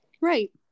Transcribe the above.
Right